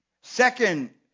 Second